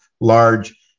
large